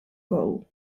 goal